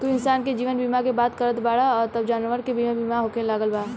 तू इंसान के जीवन बीमा के बात करत बाड़ऽ अब जानवर के भी बीमा होखे लागल बा